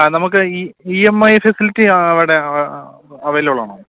ആ നമുക്ക് ഈ ഇ എം ഐ ഫെസിലിറ്റി അവിടെ അവൈലബിളാണോ